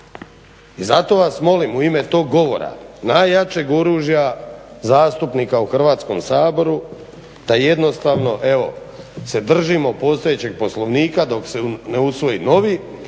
I zato vas molim u ime tog govora najjačeg oružja zastupnika u Hrvatskom saboru da jednostavno, evo se držimo postojećeg Poslovnika dok se ne usvoji novi.